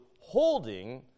holding